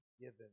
given